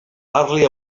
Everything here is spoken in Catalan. parle